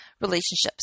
relationships